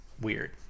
weird